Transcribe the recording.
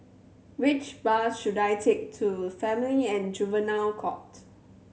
which bus should I take to Family and Juvenile Court